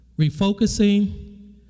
Refocusing